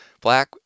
black